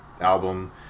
album